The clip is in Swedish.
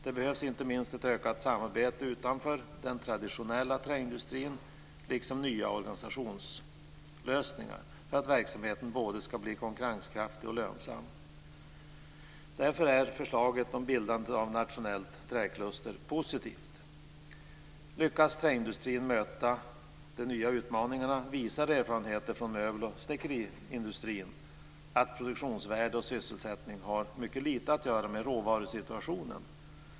Det behövs inte minst ett ökat samarbete utanför den traditionella träindustrin, liksom nya organisationslösningar för att verksamheten både ska bli konkurrenskraftig och lönsam. Därför är förslaget om bildandet av ett nationellt träkluster positivt. Lyckas träindustrin möta de nya utmaningarna visar erfarenheter från möbel och snickeriindustrin att produktionsvärde och sysselsättning har mycket lite att göra med råvarusituationen.